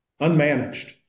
unmanaged